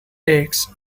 eggs